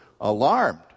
alarmed